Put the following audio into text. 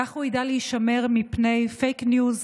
כך הוא ידע להישמר מפני פייק ניוז,